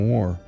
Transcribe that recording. War